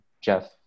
Jeff